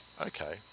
Okay